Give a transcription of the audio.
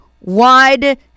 wide